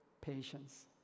patience